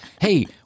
hey